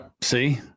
See